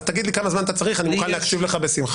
תגיד לי כמה זמן אתה צריך ואני מוכן להקשיב לך בשמחה.